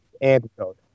Antidote